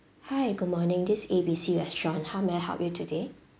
hi good morning this A_B_C restaurant how may I help you today